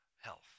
health